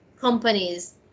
companies